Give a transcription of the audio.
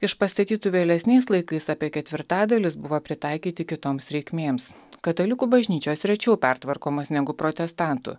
iš pastatytų vėlesniais laikais apie ketvirtadalis buvo pritaikyti kitoms reikmėms katalikų bažnyčios rečiau pertvarkomos negu protestantų